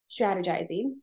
strategizing